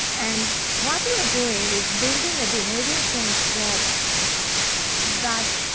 and what we're doing is building a behavior change product that